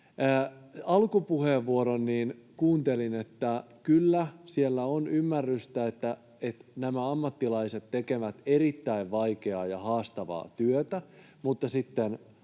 alkupuheenvuoron kuuntelin, niin, kyllä, siellä on ymmärrystä, että nämä ammattilaiset tekevät erittäin vaikeaa ja haastavaa työtä, mutta sitten